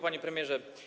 Panie Premierze!